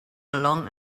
along